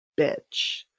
bitch